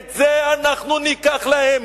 את זה אנחנו ניקח להם.